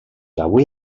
avui